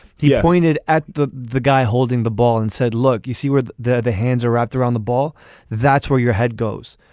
he pointed at the the guy holding the ball and said look you see where the the hands are wrapped around the ball that's where your head goes.